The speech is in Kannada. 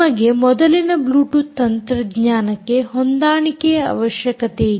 ನಿಮಗೆ ಮೊದಲಿನ ಬ್ಲೂಟೂತ್ ತಂತ್ರಜ್ಞಾನಕ್ಕೆ ಹೊಂದಾಣಿಕೆಯ ಅವಶ್ಯಕತೆಯಿತ್ತು